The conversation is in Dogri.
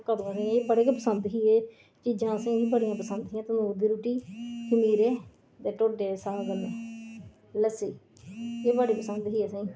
ओह् खमीरे मिगी बड़े गै पसंद ही चीजां असेंगी बी बड़ियां पसंद हियां खमीर दी रूट्टी खमीरे ते ढोडे सागा कन्नै लस्सी एह् बड़ी पसंद ही असेंगी